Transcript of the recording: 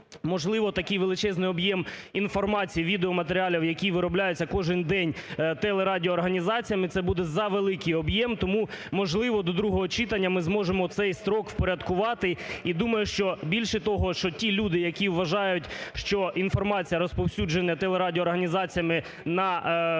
можливо, такий величезний об'єм інформації, відеоматеріалів, який виробляється кожен день телерадіоорганізаціями, це буде завеликий об'єм. Тому, можливо, до другого читання ми зможемо цей строк впорядкувати. І думаю, що більше того, що ті люди, які вважають, що інформація розповсюджена телерадіоорганізаціями на телебаченні,